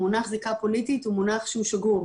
המונח זיקה פוליטית הוא מונח שהוא שגור,